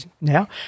now